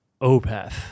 opeth